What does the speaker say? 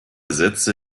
sätze